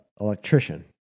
electrician